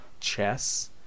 chess